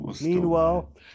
meanwhile